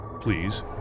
Please